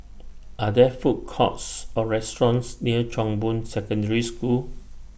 Are There Food Courts Or restaurants near Chong Boon Secondary School